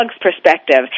perspective